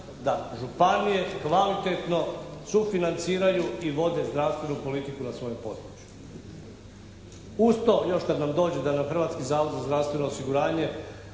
da županije kvalitetno sufinanciraju i vode zdravstvenu politiku na svome području. Uz to još kad nam dođe da nam Hrvatski zavod za zdravstveno osiguranje